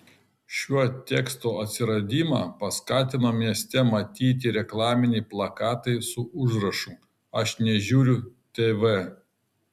šiuo teksto atsiradimą paskatino mieste matyti reklaminiai plakatai su užrašu aš nežiūriu tv